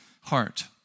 heart